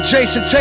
Jason